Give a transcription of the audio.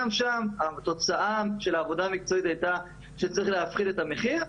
גם שם התוצאה של העבודה המקצועית הייתה שצריך להפחית את המחיר,